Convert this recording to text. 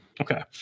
Okay